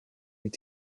est